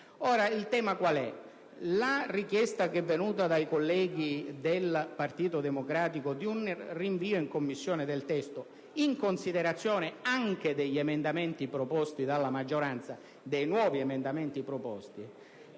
Il tema qual è? La richiesta venuta dai colleghi del Partito Democratico di un rinvio in Commissione del testo, in considerazione anche dei nuovi emendamenti proposti dalla maggioranza, è una questione